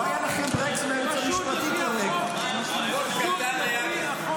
פשוט לפי החוק.